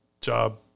job